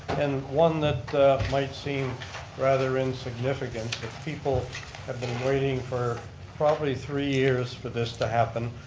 and one that might seem rather insignificant that people have been waiting for probably three years for this to happen.